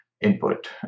input